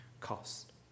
cost